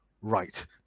right